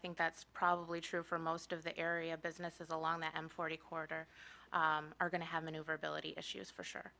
think that's probably true for most of the area businesses along that i'm forty corridor are going to have maneuverability issues for sure